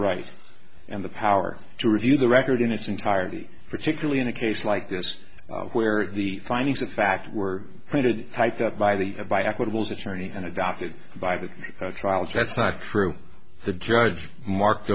right and the power to review the record in its entirety particularly in a case like this where the findings of fact were pointed out by the by equitable as attorney and adopted by the trials that's not true the judge marked